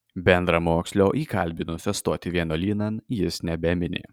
bendramokslio įkalbinusio stoti vienuolynan jis nebemini